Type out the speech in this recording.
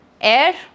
air